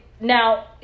now